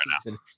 season